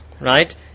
right